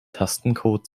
tastencode